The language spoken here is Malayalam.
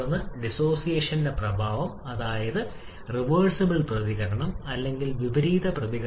ട്ട്പുട്ടിനെക്കുറിച്ച് സംസാരിക്കുകയാണെങ്കിൽ 1 2 3 4 1 പ്രദേശവുമായി പൊരുത്തപ്പെടുന്ന സൈദ്ധാന്തിക ചക്രത്തിൽ നിന്ന്